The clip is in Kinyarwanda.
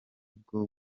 bwo